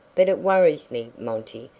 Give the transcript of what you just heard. but it worries me, monty,